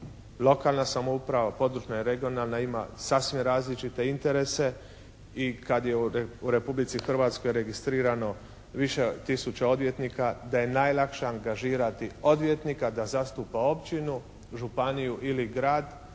lokalna samouprava, područna i regionalna ima sasma različite interese i kad je u Republici Hrvatskoj registrirano više tisuća odvjetnika da je najlakše angažirati odvjetnika da zastupa općinu, županiju ili grad